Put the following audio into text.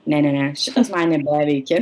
ne ne ne šitas man nebeveikia